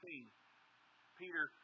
Peter